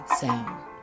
sound